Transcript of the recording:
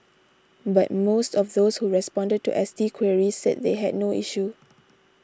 but most of those who responded to S T queries said they had no issue